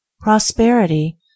Prosperity